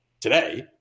today